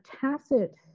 tacit